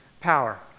power